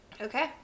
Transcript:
Okay